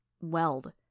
weld